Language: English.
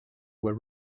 were